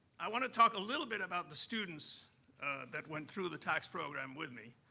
i wanna talk a little bit about the students that went through the tax program with me,